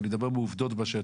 אני מדבר על עובדות בשטח.